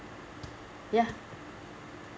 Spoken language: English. ya